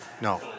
No